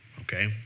okay